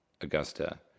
Augusta